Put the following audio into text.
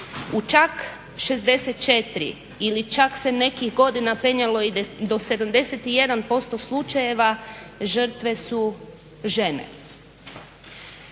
U čak 64 ili čak se nekih godina penjalo i do 71% slučajeva žrtve su žene.